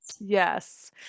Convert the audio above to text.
yes